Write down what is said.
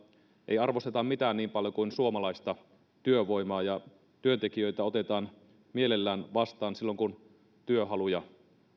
ei arvosteta mitään niin paljon kuin suomalaista työvoimaa ja työntekijöitä otetaan mielellään vastaan silloin kun työhaluja